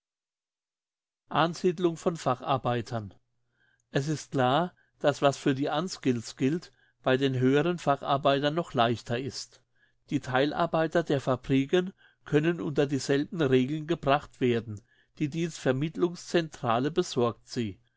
ansiedlung von facharbeitern es ist klar dass was für die unskilleds gilt bei den höheren facharbeitern noch leichter ist die theilarbeiter der fabriken können unter dieselben regeln gebracht werden die dienstvermittlungs centrale besorgt sie